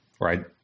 Right